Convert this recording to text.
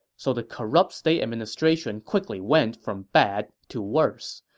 so the corrupt state administration quickly went from bad to worse,